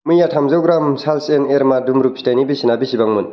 मैया थामजौ ग्राम साल्ज एन एर'मा दुम्रु फिथाइनि बेसेना बेसेबांमोन